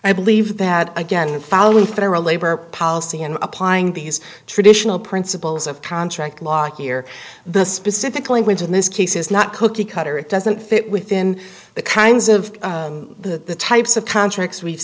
i believe that again following federal labor policy and applying these traditional principles of contract law here the specific language in this case is not cookie cutter it doesn't fit within the kinds of the types of contracts we've